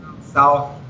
south